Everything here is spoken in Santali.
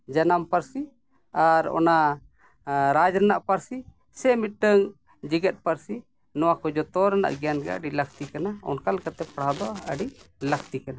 ᱡᱟᱱᱟᱢ ᱯᱟᱹᱨᱥᱤ ᱟᱨ ᱚᱱᱟ ᱨᱟᱡᱽ ᱨᱮᱱᱟᱜ ᱯᱟᱹᱨᱥᱤ ᱥᱮ ᱢᱤᱫᱴᱟᱹᱝ ᱡᱮᱜᱮᱛ ᱯᱟᱹᱨᱥᱤ ᱱᱚᱣᱟ ᱠᱚ ᱡᱚᱛᱚ ᱨᱮᱱᱟᱜ ᱜᱮᱭᱟᱱ ᱜᱮ ᱟᱹᱰᱤ ᱞᱟᱹᱠᱛᱤ ᱠᱟᱱᱟ ᱚᱱᱠᱟ ᱞᱮᱠᱟᱛᱮ ᱯᱟᱲᱦᱟᱣ ᱫᱚ ᱟᱹᱰᱤ ᱞᱟᱹᱠᱛᱤ ᱠᱟᱱᱟ